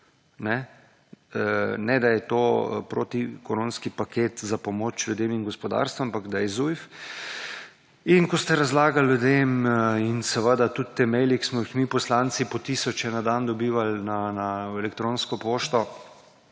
ne, da je to protikoronski paket za pomoč ljudem in gospodarstvom, ampak da je ZUJF in ko ste razlagali ljudem in seveda tudi te e-maili, ki smo jih mi poslanci na tisoče na dan dobivali na elektronsko pošto